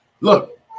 look